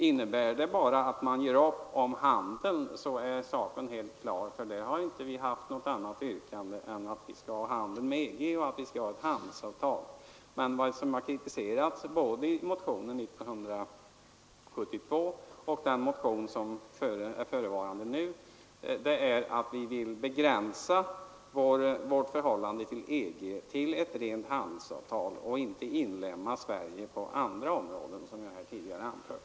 Innebär det bara att göra upp om handeln så är saken helt klar. Vi har inte haft något annat yrkande än att vi skall ha handel med EG och att vi skall ha ett handelsavtal. Det som kritiserats både i motionen år 1972 och den nu förevarande motionen är att vi vill begränsa vårt förhållande till EG till ett rent handelsavtal och inte inlemma Sverige på andra områden, som jag tidigare anfört.